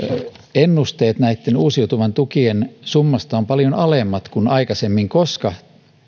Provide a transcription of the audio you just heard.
ennusteet näitten uusiutuvien tukien summasta ovat paljon alemmat kuin aikaisemmin koska